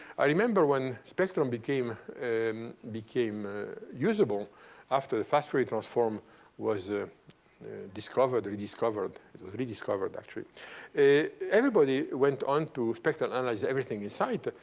i remember when spectrum became and became usable after the fast fourier transform was ah discovered, rediscovered rediscovered, actually. everybody went on to spectral analyze everything in sight.